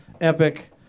epic